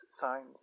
signs